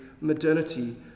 modernity